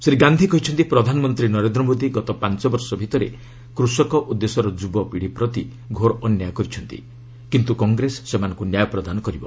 ଶ୍ରୀ ଗାନ୍ଧି କହିଛନ୍ତି ପ୍ରଧାନମନ୍ତ୍ରୀ ନରେନ୍ଦ୍ର ମୋଦି ଗତ ପାଞ୍ଚ ବର୍ଷ ଭିତରେ କୃଷକ ଓ ଦେଶର ଯୁବପିଢ଼ି ପ୍ରତି ଘୋର ଅନ୍ୟାୟ କରିଛନ୍ତି କିନ୍ତୁ କଂଗ୍ରେସ ସେମାନଙ୍କୁ ନ୍ୟାୟ ପ୍ରଦାନ କରିବ